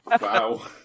Wow